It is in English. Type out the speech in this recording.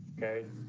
okay,